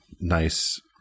nice